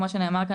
כמו שנאמר כאן,